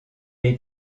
est